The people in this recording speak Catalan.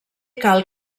cal